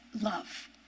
love